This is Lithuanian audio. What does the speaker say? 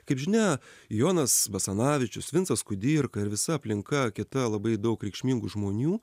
kaip žinia jonas basanavičius vincas kudirka ir visa aplinka kita labai daug reikšmingų žmonių